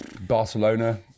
Barcelona